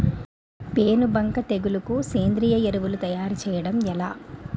పేను బంక తెగులుకు సేంద్రీయ ఎరువు తయారు చేయడం ఎలా?